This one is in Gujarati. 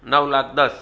નવ લાખ દસ